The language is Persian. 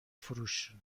فروش